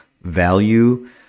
value